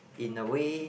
in a way